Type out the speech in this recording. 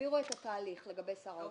תבהירו את התהליך לגבי שר האוצר.